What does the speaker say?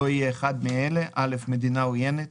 לא יהיה אחד מאלה: מדינה עוינת,